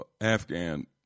Afghan